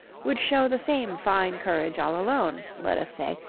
would show the same fine courage all alone, let us say,